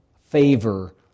favor